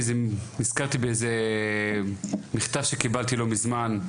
נזכרתי באיזה מכתב שקיבלתי לא מזמן,